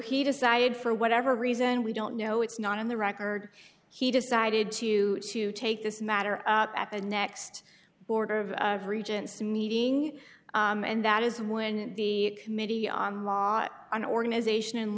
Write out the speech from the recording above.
he decided for whatever reason we don't know it's not in the record he decided to to take this matter up at the next order of regents meeting and that is when the committee on an organization in